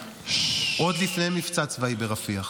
עוד לפני מבצע צבאי ברפיח,